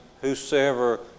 Whosoever